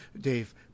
Dave